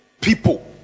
people